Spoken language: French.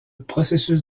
processus